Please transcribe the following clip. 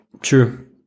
True